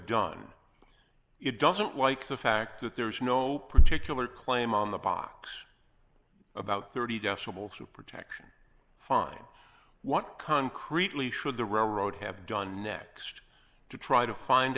done it doesn't like the fact that there's no particular claim on the box about thirty decibels of protection fine what concretely should the railroad have done next to try to find